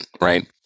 right